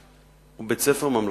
הוא בית-ספר ממלכתי.